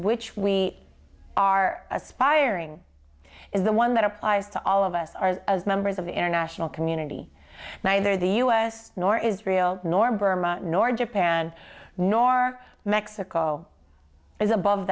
which we are aspiring is the one that applies to all of us are as members of the international community neither the us nor israel nor burma nor japan nor mexico is above